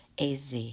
az